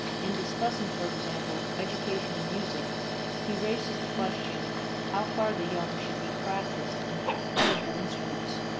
in discussing, for example, education in music he raises the question how far the young should be practiced in the playing of instruments.